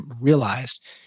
realized